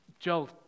Joel